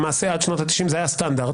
למעשה עד שנות ה-90 זה היה הסטנדרט,